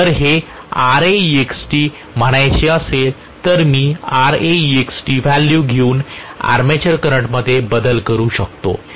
जर हे Raext म्हणायचे असेल तर मी Raext व्हॅल्यू घेऊन आर्मेचर करंटमध्ये बदल करू शकतो